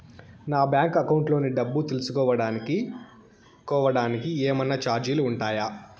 నా bank account లోని డబ్బు తెలుసుకోవడానికి కోవడానికి ఏమన్నా చార్జీలు ఉంటాయా?